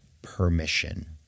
permission